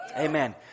Amen